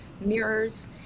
mirrors